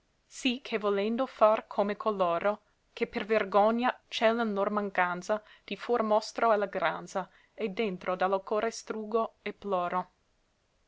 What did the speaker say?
sì che volendo far come coloro che per vergogna celan lor mancanza di fuor mostro allegranza e dentro dallo core struggo e ploro